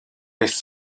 this